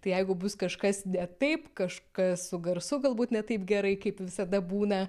tai jeigu bus kažkas ne taip kažkas su garsu galbūt ne taip gerai kaip visada būna